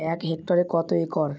এক হেক্টরে কত একর